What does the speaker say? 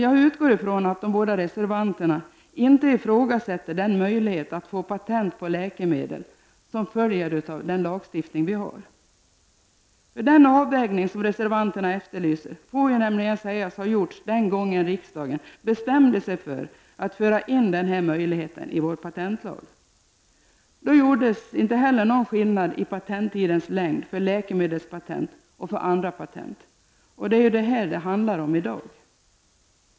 Jag utgår ifrån att de båda reservanterna inte ifrågasätter den möjlighet att få patent på läkemedel som följer av den lagstiftning vi nu har. Den avvägning som reservanterna efterlyser får ju sägas ha gjorts den gången riksdagen bestämde sig för att föra in den här möjligheten i vår patentlag. Då gjordes inte heller någon skillnad i patenttidens längd för läkemedelspatent och för andra patent. Det är ju detta det handlar om i dag.